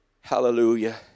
Hallelujah